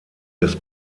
des